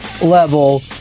level